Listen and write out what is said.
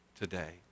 today